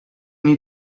need